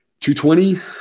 220